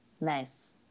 Nice